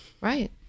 Right